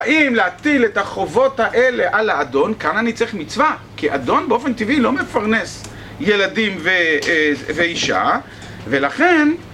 האם להטיל את החובות האלה על האדון, כאן אני צריך מצווה, כי האדון באופן טבעי לא מפרנס ילדים ואישה, ולכן...